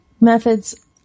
methods